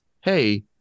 hey